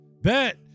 Bet